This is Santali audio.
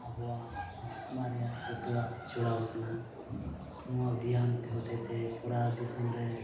ᱟᱵᱚᱣᱟᱜ ᱱᱚᱣᱟ ᱟᱛᱢᱟ ᱨᱮᱭᱟᱜ ᱡᱚᱛᱚᱣᱟᱜ ᱪᱚᱲᱟᱣ ᱠᱟᱱᱟ ᱱᱚᱣᱟ ᱵᱮᱭᱟᱢ ᱛᱮ ᱦᱚᱛᱮᱛᱮ ᱯᱚᱨᱟ ᱫᱤᱥᱚᱢ ᱨᱮ